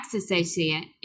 associate